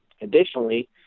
additionally